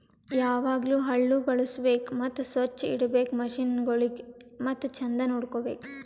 ಯಾವಾಗ್ಲೂ ಹಳ್ಳು ಬಳುಸ್ಬೇಕು ಮತ್ತ ಸೊಚ್ಚ್ ಇಡಬೇಕು ಮಷೀನಗೊಳಿಗ್ ಮತ್ತ ಚಂದ್ ನೋಡ್ಕೋ ಬೇಕು